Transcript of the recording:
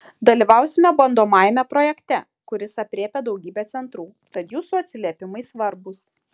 dalyvausime bandomajame projekte kuris aprėpia daugybę centrų tad jūsų atsiliepimai svarbūs